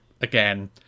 Again